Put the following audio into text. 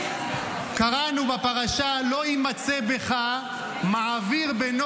קראנו בפרשה: "לֹא ימצא בך מעביר בנו